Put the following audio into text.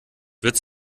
wird